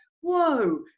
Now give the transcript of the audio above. whoa